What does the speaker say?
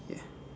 ya